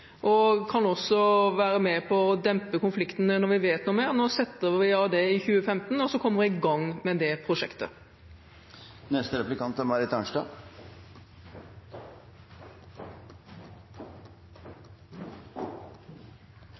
og kan også være med på å dempe konfliktene når vi vet noe mer. Nå setter vi av det i 2015, og så kommer vi i gang med det prosjektet.